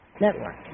Network